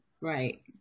Right